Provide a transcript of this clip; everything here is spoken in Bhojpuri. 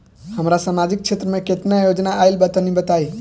हमरा समाजिक क्षेत्र में केतना योजना आइल बा तनि बताईं?